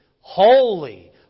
holy